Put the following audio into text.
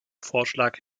vorschlag